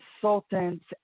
consultants